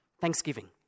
thanksgiving